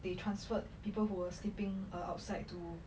they transferred people who were sleeping err outside to